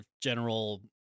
general